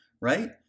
right